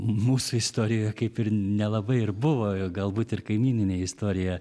mūsų istorijoje kaip ir nelabai ir buvo galbūt ir kaimyninė istorija